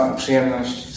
przyjemność